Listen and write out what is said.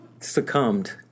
succumbed